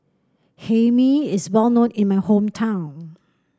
Hae Mee is well known in my hometown